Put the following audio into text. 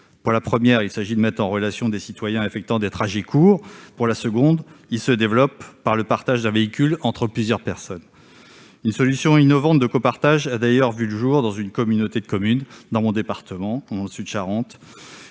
mode de transport, il s'agit de mettre en relation des citoyens effectuant des trajets courts. Le second se caractérise par le partage d'un véhicule entre plusieurs personnes. Une solution innovante de copartage a d'ailleurs vu le jour dans une communauté de communes de mon département, plus précisément